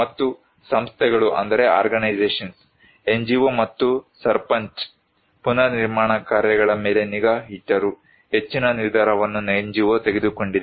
ಮತ್ತು ಸಂಸ್ಥೆಗಳು NGO ಮತ್ತು ಸರ್ಪಂಚ್ ಪುನರ್ನಿರ್ಮಾಣ ಕಾರ್ಯಗಳ ಮೇಲೆ ನಿಗಾ ಇಟ್ಟರೂ ಹೆಚ್ಚಿನ ನಿರ್ಧಾರವನ್ನು NGO ತೆಗೆದುಕೊಂಡಿದೆ